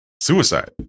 suicide